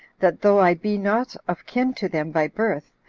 that though i be not of kin to them by birth,